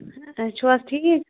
تُہۍ چھِو حظ ٹھیٖک